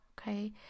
Okay